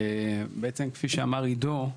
בעצם, כפי שאמר עידו,